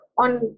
on